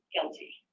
guilty